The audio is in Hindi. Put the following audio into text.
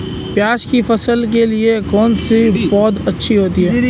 प्याज़ की फसल के लिए कौनसी पौद अच्छी होती है?